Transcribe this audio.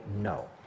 no